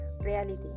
reality